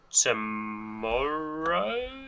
tomorrow